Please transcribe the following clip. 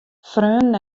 freonen